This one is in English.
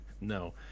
No